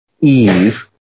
ease